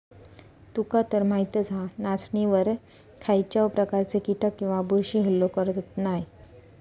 तुकातर माहीतच हा, नाचणीवर खायच्याव प्रकारचे कीटक किंवा बुरशी हल्लो करत नाय